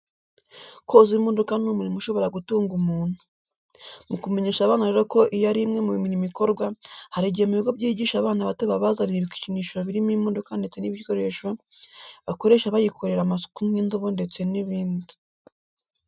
Koza imodoka ni umurimo ushobora gutunga umuntu. Mu kumenyesha abana rero ko iyo ari imwe mu mirimo ikorwa, hari igihe mu bigo byigisha abana bato babazanira ibikinisho birimo imodoka ndetse n'ibikoresho bakoresha bayikorera amasuku nk'indobo ndetse n'ibindi.